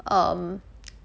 um